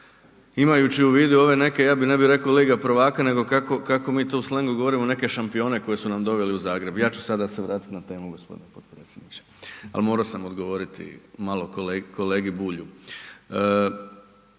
imajući u vidi i ove neke, ne bi reko lige prvaka, nego kako mi to u slengu govorimo neke šampione koje su nam doveli u Zagreb. Ja ću sada se vratiti na temu gospodine potpredsjedniče, ali morao sam odgovoriti malo kolegi Bulju.